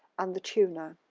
and the tuna.